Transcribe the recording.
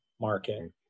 market